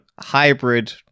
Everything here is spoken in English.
hybrid